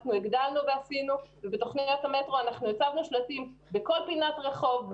הגדלנו ובתוכניות המטרו הצבנו שלטים בכל פינת רחוב,